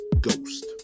ghost